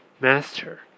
master